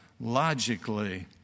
logically